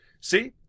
See